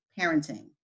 parenting